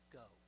go